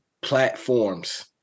platforms